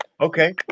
Okay